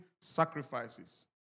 sacrifices